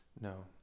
No